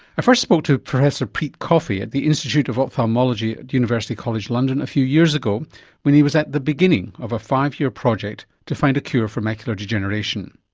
i first spoke to professor pete coffey at the institute of ophthalmology at university college london a few years ago when he was at the beginning of a five-year project to find a cure for macular degeneration.